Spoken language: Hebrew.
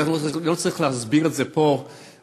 אני לא צריך להסביר את זה פה במליאה,